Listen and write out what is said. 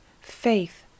Faith